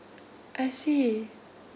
I see